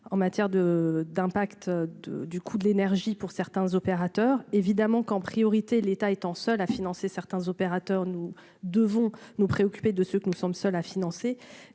en matière de d'impact de du coût de l'énergie pour certains opérateurs évidemment qu'en priorité, l'État étant seul à financer certains opérateurs, nous devons nous préoccuper de ce que nous sommes seuls à financer,